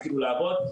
התחילו לעבוד.